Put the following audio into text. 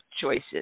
choices